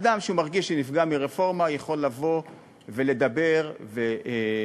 אדם שמרגיש שהוא נפגע מרפורמה יכול לבוא ולדבר ולשפוך,